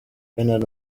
bernard